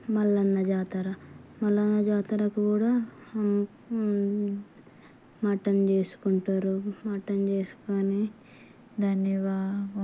మల్లన్న జాతర మల్లన్న జాతరకి కూడా మటన్ చేసుకుంటారు మటన్ చేసుకొని దాన్ని బాగా